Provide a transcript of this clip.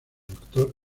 actor